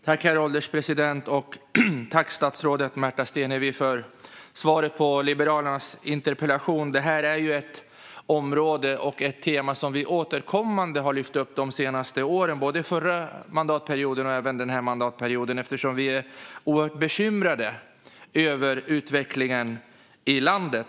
Herr ålderspresident! Tack för svaret på Liberalernas interpellation, statsrådet Märta Stenevi! Detta är ju ett område och ett tema som vi återkommande har lyft upp de senaste åren, både under den förra mandatperioden och under den här mandatperioden, eftersom vi är oerhört bekymrade över utvecklingen i landet.